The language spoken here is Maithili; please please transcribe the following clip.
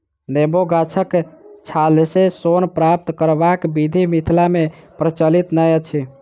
नेबो गाछक छालसँ सोन प्राप्त करबाक विधि मिथिला मे प्रचलित नै अछि